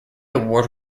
award